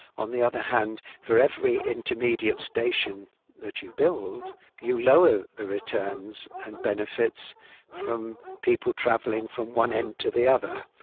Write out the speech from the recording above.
on the other hand, for every intermediate station that you build you lower the returns and benefits from people travelling from one end to the other,